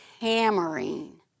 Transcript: hammering